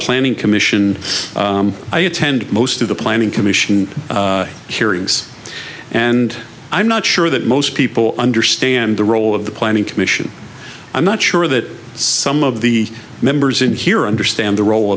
planning commission i attend most of the planning commission hearings and i'm not sure that most people understand the role of the planning commission i'm not sure that some of the members in here understand the role